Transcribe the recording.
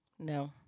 No